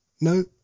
No